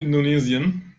indonesien